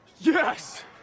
Yes